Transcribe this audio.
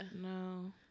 No